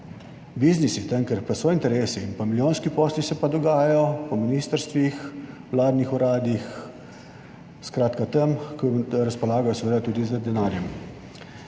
Biznisi, tam, kjer pa so interesi in pa milijonski posli, se pa dogajajo po ministrstvih, vladnih uradih, skratka tam, ko razpolagajo seveda tudi z denarjem.